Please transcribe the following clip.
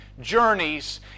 journeys